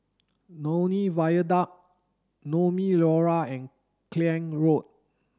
Lornie Viaduct Naumi Liora Klang Road